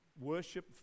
Worship